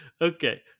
okay